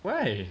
why